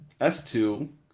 S2